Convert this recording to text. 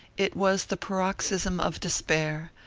it was the paroxysm of despair,